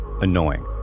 annoying